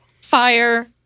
FIRE